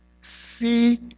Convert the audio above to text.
See